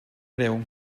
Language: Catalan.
greu